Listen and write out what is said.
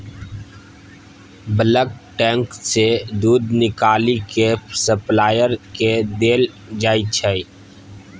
bulk tank सँ दुध निकालि केँ सप्लायर केँ देल जाइत छै